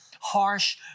harsh